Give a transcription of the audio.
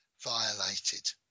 violated